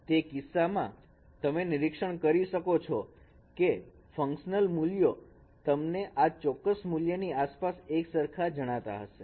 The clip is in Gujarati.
તે કિસ્સામાં તમે નિરીક્ષણ કરી શકો છીએ છો કે ફંક્શનલ મૂલ્ય તમને આ ચોક્કસ મૂલ્ય ની આસપાસ એક સરખા જણાતા હશે